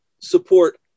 support